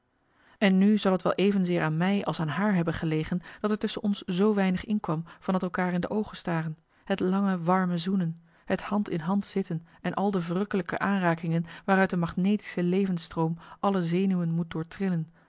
en nu zal t wel evenzeer aan mij als aan haar hebben gelegen dat er tusschen ons zoo weinig inkwam van het elkaar in de oogen staren het lange warme zoenen het hand in hand zitten en al de verrukkelijke aanrakingen waaruit een magnetische levensstroom alle zenuwen moet